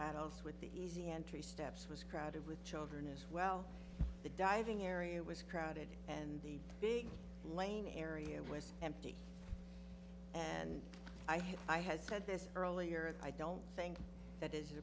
adults with the easy entry steps was crowded with children as well the diving area was crowded and the big lane area was empty and i had i had said this earlier i don't think that is